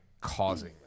causing